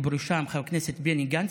ובראשו חבר כנסת בני גנץ,